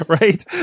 Right